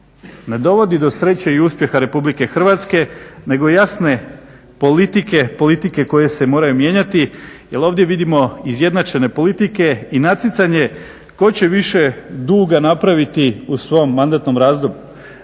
ne dovodi do sreće i uspjeha RH nego jasne politike koje se moraju mijenjati jer ovdje vidimo izjednačene politike i natjecanje tko će više duga napraviti u svom razdoblju.